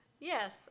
Yes